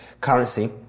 currency